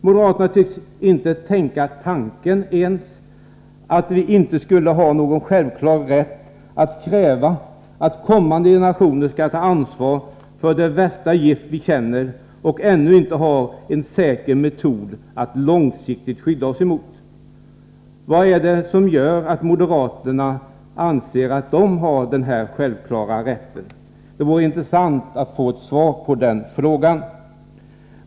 Moderaterna tycks inte ens tänka tanken att vi inte skulle ha någon självklar rätt att kräva att kommande generationer skall ta ansvar för det värsta gift vi känner och ännu inte har en säker metod att långsiktigt skydda oss emot. Vad är det som gör att moderaterna anser att de har denna självklara rätt? Det vore intressant att få ett svar på den frågan.